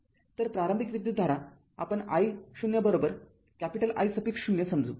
तर प्रारंभिक विद्युतधारा आपण I0कॅपिटल I सफीक्स ० समजू